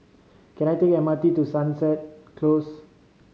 can I take M R T to Sunset Close